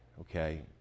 okay